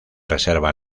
reserva